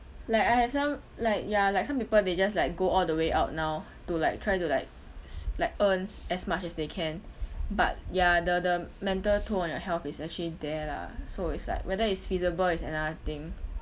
like I have some like ya like some people they just like go all the way out now to like try to like s~ like earn as much as they can but ya the the mental toll on your health is actually there lah so it's like whether it's feasible is another thing